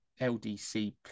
LDC